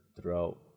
throughout